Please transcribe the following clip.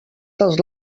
dels